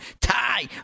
tie